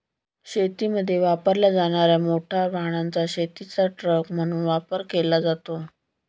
शेतीमध्ये वापरल्या जाणार्या मोटार वाहनाचा शेतीचा ट्रक म्हणून वापर केला जातो